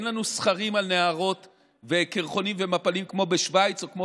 אין לנו סכרים על נהרות וקרחונים ומפלים כמו בשווייץ או כמו